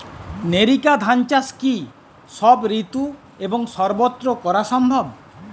NERICA ধান চাষ কি সব ঋতু এবং সবত্র করা সম্ভব?